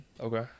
Okay